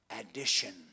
addition